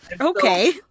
Okay